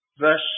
verse